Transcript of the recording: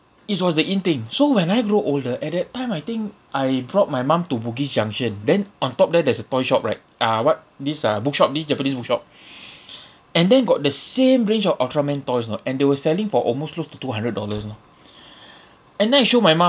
is was the in thing so when I grow older at that time I think I brought my mum to bugis junction then on top there there's a toy shop right ah what this uh bookshop this japanese bookshop and then got the same range of ultraman toys you know and they were selling for almost close to two hundred dollars you know and then I show my mum